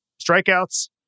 strikeouts